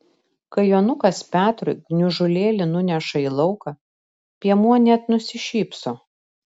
kai jonukas petrui gniužulėlį nuneša į lauką piemuo net nusišypso